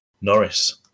Norris